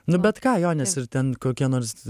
nu bet ką jo nes ir ten kokia nors